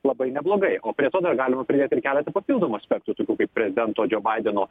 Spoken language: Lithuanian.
labai neblogai o prie to dar galima pridėt ir keletą papildomų aspektų tokių kaip prezidento džio baideno